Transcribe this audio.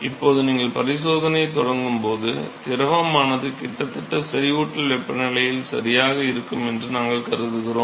இப்போது நீங்கள் பரிசோதனையைத் தொடங்கும்போது திரவமானது கிட்டத்தட்ட செறிவூட்டல் வெப்பநிலையில் சரியாக இருக்கும் என்று நாங்கள் கருதுகிறோம்